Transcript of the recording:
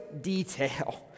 detail